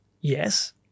yes